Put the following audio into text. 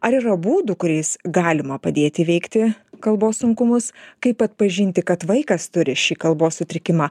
ar yra būdų kuriais galima padėti įveikti kalbos sunkumus kaip atpažinti kad vaikas turi šį kalbos sutrikimą